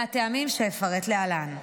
מהטעמים שאפרט להלן.